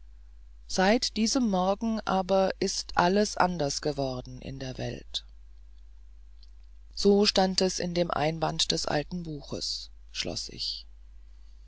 seit diesem morgen aber ist alles anders geworden in der welt so stand es in dem einband des alten buches schloß ich